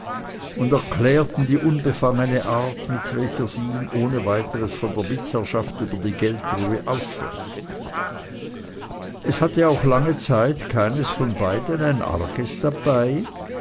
und erklärten die unbefangene art mit welcher sie ihn ohne weiteres von der mitherrschaft über die geldtruhe ausschloß es hatte auch lange zeit keines von beiden ein arges dabei